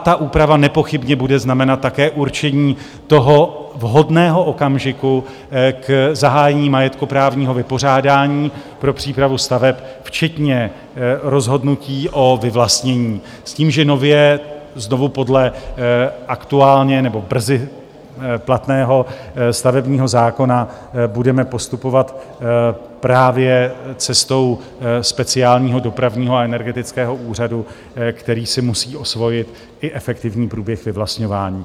Ta úprava nepochybně bude znamenat také určení vhodného okamžiku k zahájení majetkoprávního vypořádání pro přípravu staveb včetně rozhodnutí o vyvlastnění s tím, že nově znovu podle aktuálně nebo brzy platného stavebního zákona budeme postupovat právě cestou speciálního Dopravního a energetického úřadu, který si musí osvojit i efektivní průběh vyvlastňování.